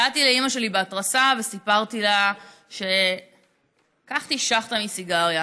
באתי לאימא שלי בהתרסה וסיפרתי לה שלקחתי שאכטה מסיגריה.